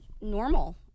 normal